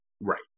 Right